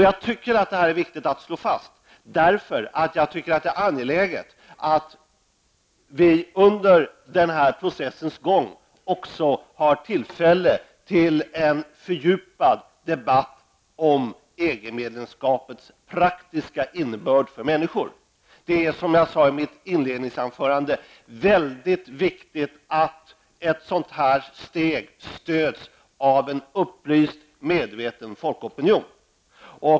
Jag tycker att det är viktigt att slå fast detta, eftersom det är angeläget att vi under processens gång också har tillfälle till en fördjupad debatt om EG medlemskapets praktiska innebörd för människor. Det är som jag sade i mitt inledningsanförande mycket viktigt att ett sådant här steg stöds av en upplyst och medveten folkopinion.